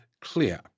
clear